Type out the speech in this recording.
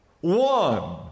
one